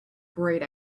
great